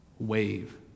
Wave